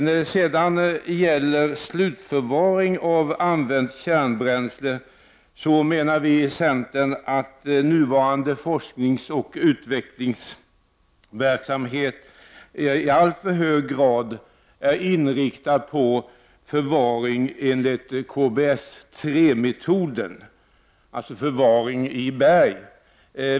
När det gäller slutförvaring av använt kärnbränsle menar vi i centern att nuvarande forskningsoch utvecklingsverksamhet i alltför hög grad är inriktad på förvaring enligt KBS-3-metoden, dvs. förvaring i berg.